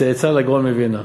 צאצא של הגאון מווילנה,